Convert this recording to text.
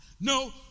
No